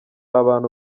abantu